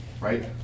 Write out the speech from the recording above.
right